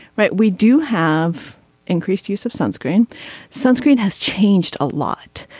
right. we do have increased use of sunscreen sunscreen has changed a lot.